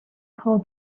how